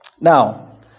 Now